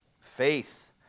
faith